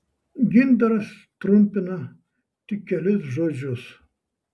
gintaras trumpina tik kelis žodžius